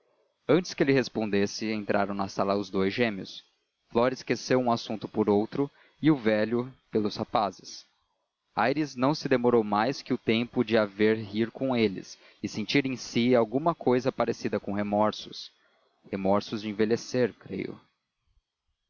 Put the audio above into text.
antes que ele respondesse entraram na sala os dous gêmeos flora esqueceu um assunto por outro e o velho pelos rapazes aires não se demorou mais que o tempo de a ver rir com eles e sentir em si alguma cousa parecida com remorsos remorsos de envelhecer creio